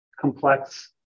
complex